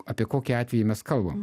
apie kokį atvejį mes kalbam